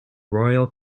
royal